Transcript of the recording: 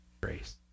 Grace